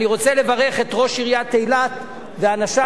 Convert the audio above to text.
אני רוצה לברך את ראש עיריית אילת ואנשיו,